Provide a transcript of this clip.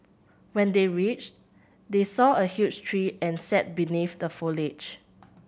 when they reached they saw a huge tree and sat beneath the foliage